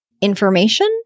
information